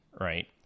right